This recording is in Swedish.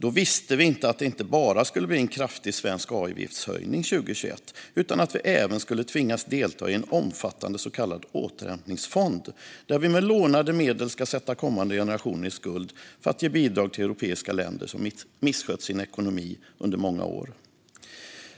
Då visste vi inte att det inte bara skulle bli en kraftig svensk avgiftshöjning 2021, utan vi skulle även tvingas delta i en omfattande så kallad återhämtningsfond där vi med lånade medel ska sätta kommande generationer i skuld för att ge bidrag till europeiska länder som misskött sin ekonomi under många år.